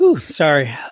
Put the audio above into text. sorry